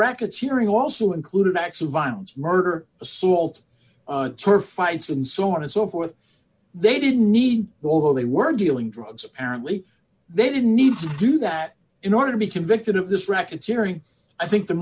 hearing also included acts of violence murder assault on turf fights and so on and so forth they didn't need although they were dealing drugs apparently they didn't need to do that in order to be convicted of this racketeering i think the